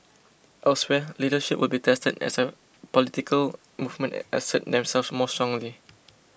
elsewhere leadership will be tested as a political movements assert themselves more strongly